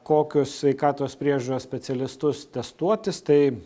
kokius sveikatos priežiūros specialistus testuotis tai